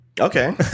Okay